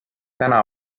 täna